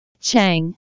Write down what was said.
Chang